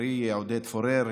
חברי עודד פורר,